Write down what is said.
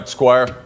Squire